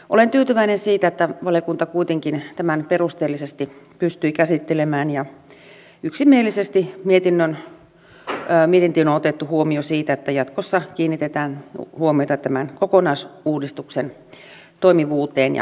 olen tyytyväinen siitä että valiokunta kuitenkin tämän perusteellisesti pystyi käsittelemään ja yksimielisesti mietintöön on otettu huomio siitä että jatkossa kiinnitetään huomiota tämän kokonaisuudistuksen toimivuuteen ja tuloksiin